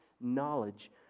knowledge